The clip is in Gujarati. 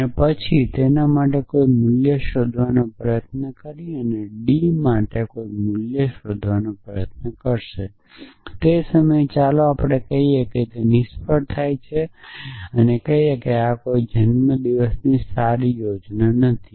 અને પછી તેના માટે કોઈ મૂલ્ય શોધવાનો પ્રયત્ન કરીએ કે પછી અને ડી માટે કોઈ મૂલ્ય શોધવાનો પ્રયત્ન કરીએ અને તે સમયે ચાલો આપણે કહીએ કે તે નિષ્ફળ થાય છે અને કહીએ કે આ કોઈ જન્મદિવસની સારી યોજના નથી